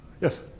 Yes